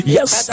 Yes